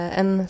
en